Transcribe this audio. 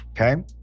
okay